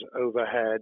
overhead